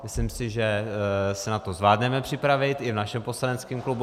Myslím si, že se na to zvládneme připravit i v našem poslaneckém klubu.